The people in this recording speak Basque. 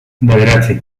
bederatzi